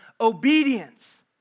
obedience